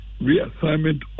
reassignment